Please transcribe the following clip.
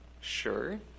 Sure